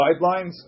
guidelines